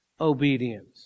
obedience